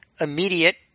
immediate